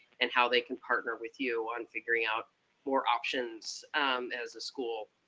and how they can partner with you on figuring out more options as a school